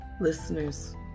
Listeners